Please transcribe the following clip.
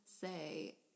say